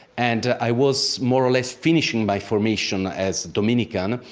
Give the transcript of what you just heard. and i was more or less finishing my formation as dominican,